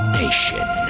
nation